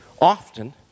often